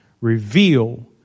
reveal